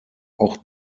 auch